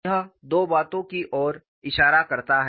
यह दो बातों की ओर इशारा करता है